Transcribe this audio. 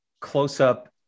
close-up